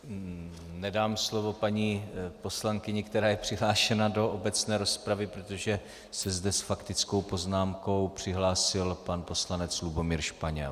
Nedám slovo paní poslankyni, která je přihlášena do obecné rozpravy, protože se zde s faktickou poznámkou přihlásil pan poslanec Lubomír Španěl.